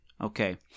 Okay